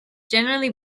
generally